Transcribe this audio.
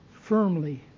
firmly